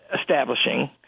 establishing